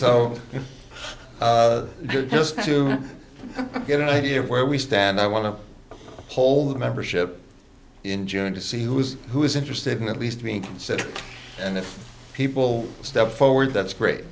so just to get an idea of where we stand i want to hold a membership in june to see who is who is interested in at least me and if people step forward that's great